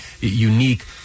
unique